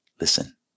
Listen